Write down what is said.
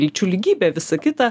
lyčių lygybė visa kita